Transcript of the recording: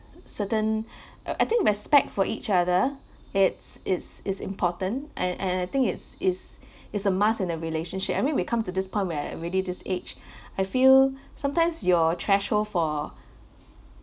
certain ugh I think respect for each other it's is is important and I I think is is is a must in a relationship I mean we come to this point where already this age I feel sometimes your threshold for